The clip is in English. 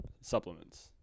Supplements